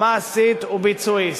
מעשית וביצועיסטית.